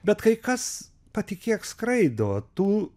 bet kai kas patikėk skraido tų